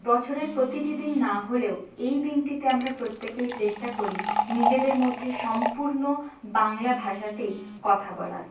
বছরের প্রতিটি দিন না হলেও এই দিনটিতে আমরা প্রত্যেকেই চেষ্টা করি নিজেদের মধ্যে সম্পূর্ণ বাংলাভাষাতেই কথা বলার